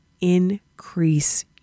increase